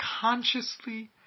consciously